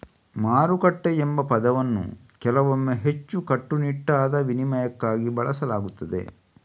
ಮಾರುಕಟ್ಟೆ ಎಂಬ ಪದವನ್ನು ಕೆಲವೊಮ್ಮೆ ಹೆಚ್ಚು ಕಟ್ಟುನಿಟ್ಟಾದ ವಿನಿಮಯಕ್ಕಾಗಿ ಬಳಸಲಾಗುತ್ತದೆ